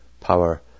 power